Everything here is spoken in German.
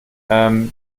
ähm